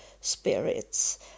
spirits